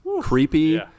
creepy